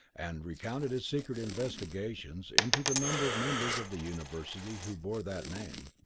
and recounted his secret investigations into the number of members of the university who bore that name.